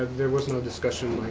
there was no discussion